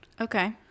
Okay